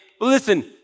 listen